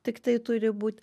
tik tai turi būt